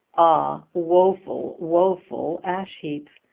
ah, woeful, woeful ash-heap!